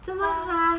他